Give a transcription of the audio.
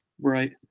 Right